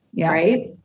Right